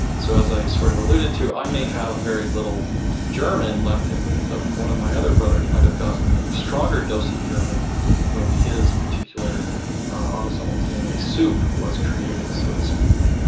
so as i sort of alluded to, i may have very little german left in me, but one of my other brothers might have gotten a stronger dose of german when his particular autosomal dna soup was created, so to speak.